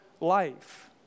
life